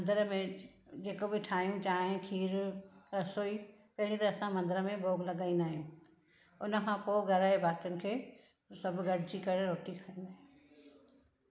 मंदर में जेको बि ठाहियूं चांहिं खीरु रसोइ पहिंरीयूं त असां मंदर में भोॻु लॻाईंदा आहियूं हुन खां पोइ घर जे भातियुनि खे सभु गॾजी करे रोटी खाईंदा आहियूं